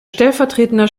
stellvertretender